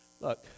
Look